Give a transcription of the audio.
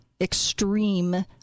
extreme